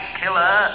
killer